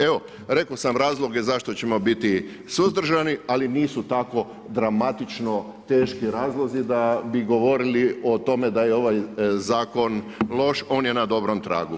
Evo, rekao sam razloge zašto ćemo biti suzdržani, ali nisu tako dramatično teški razlozi da bi govorili o tome da je ovaj Zakon loš, on je na dobrom tragu.